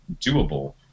doable